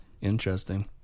Interesting